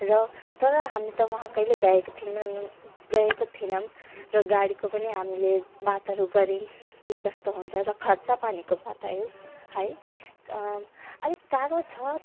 र तर हामी त वहाँ कहिले गएका थिएनौँ गएको थिएनौँ गाडीको पनि हामीले बातहरू गऱ्यौँ के कस्तो हुन्छ र खर्चपानीको बता आयो है अलिक टाढो छ